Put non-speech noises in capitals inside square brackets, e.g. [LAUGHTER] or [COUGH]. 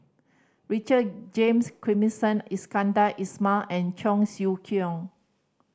Richard James [UNINTELLIGIBLE] Iskandar Ismail and Cheong Siew Keong